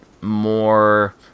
more